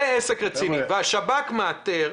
מתוך 5,000, השב"כ מאתר